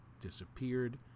disappeared